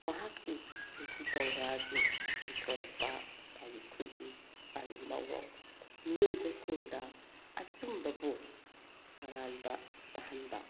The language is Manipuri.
ꯃꯍꯥꯛꯀꯤ ꯖꯤ ꯁꯤ ꯇꯣꯡꯕ꯭ꯔꯥꯒꯤ ꯏꯊꯣꯔꯛꯄ ꯃꯥꯒꯤ ꯈꯨꯏ ꯃꯥꯒꯤ ꯃꯑꯣꯡ ꯃꯤꯑꯣꯏꯕꯁꯤꯡꯗ ꯑꯆꯨꯝꯕꯕꯨ ꯑꯔꯥꯟꯕ ꯇꯥꯍꯟꯕ